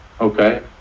Okay